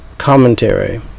Commentary